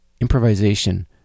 improvisation